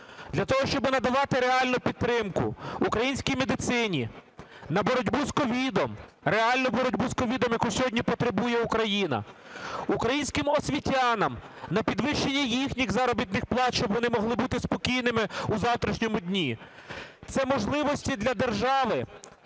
для того, щоби надавати реальну підтримку українській медицині – на боротьбу з COVID, реальну боротьбу з COVID, яку сьогодні потребує Україна; українським освітянам – на підвищення їхніх заробітних плат, щоб вони могли бути спокійними у завтрашньому дні. Це можливості для держави